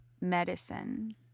medicine